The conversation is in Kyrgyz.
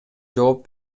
жооп